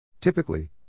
Typically